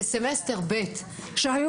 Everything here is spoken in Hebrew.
תשמעו, עם כל